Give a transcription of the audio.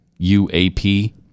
UAP